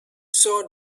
saw